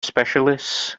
specialists